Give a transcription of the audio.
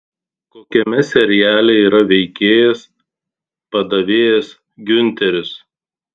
kokiame seriale yra veikėjas padavėjas giunteris